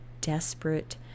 desperate